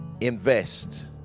invest